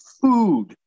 food